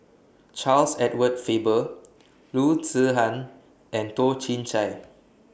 Charles Edward Faber Loo Zihan and Toh Chin Chye